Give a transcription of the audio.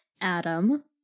Adam